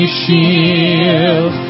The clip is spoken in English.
shield